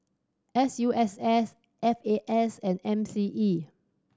S U S S F A S and M C E